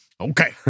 Okay